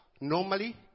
normally